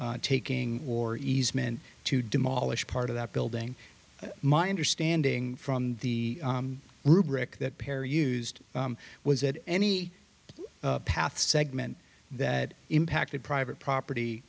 taking or easement to demolish part of that building my understanding from the rubric that pair used was it any path segment that impacted private property